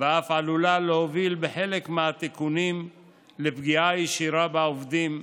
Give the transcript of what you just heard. ואף עלולה להוביל בחלק מהתיקונים לפגיעה ישירה בעובדים,